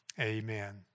Amen